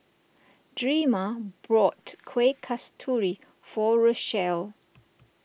Drema bought Kueh Kasturi for Rachel